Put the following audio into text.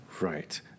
Right